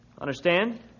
Understand